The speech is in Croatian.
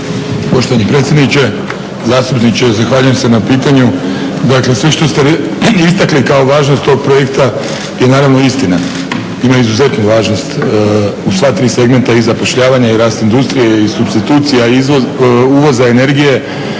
Poštovani predsjedniče. Zastupniče, zahvaljujem se na pitanju. Dakle, sve što ste istakli kao važnost tog projekta je naravno istina. Ima izuzetnu važnost u sva tri segmenta, i zapošljavanje i rast industrije i supstitucija uvoza energije